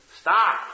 stop